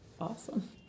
awesome